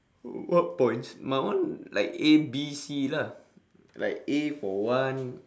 what points my one like A B C lah like A for one